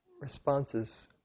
responses